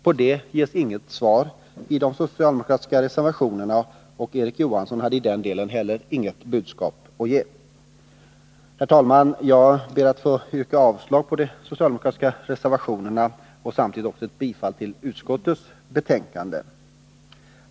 På det ges inget svar i de socialdemokratiska reservationerna, och Erik Johansson hade heller inte i den delen något budskap att ge. Herr talman! Jag ber att få yrka avslag på de socialdemokratiska reservationerna och bifall till utskottets hemställan.